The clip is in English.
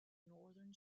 northern